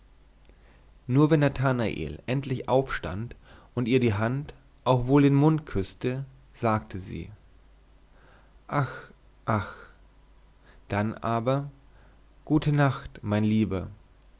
nur wenn nathanael endlich aufstand und ihr die hand auch wohl den mund küßte sagte sie ach ach dann aber gute nacht mein lieber